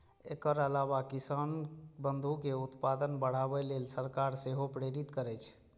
एकर अलावा किसान बंधु कें उत्पादन बढ़ाबै लेल सरकार सेहो प्रेरित करै छै